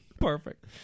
Perfect